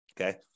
Okay